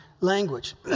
language